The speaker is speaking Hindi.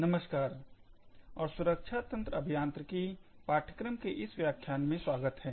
नमस्कार और सुरक्षा तंत्र अभियांत्रिकी पाठ्यक्रम के इस व्याख्यान में स्वागत है